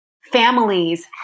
families